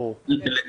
ברור.